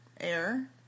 air